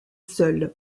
seuls